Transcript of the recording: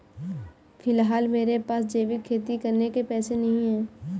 फिलहाल मेरे पास जैविक खेती करने के पैसे नहीं हैं